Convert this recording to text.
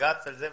לבג"ץ עם זה.